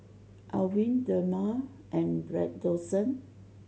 Avene Dermale and Redoxon